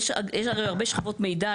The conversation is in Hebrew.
יש לכם הרבה שכבות מידע,